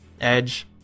Edge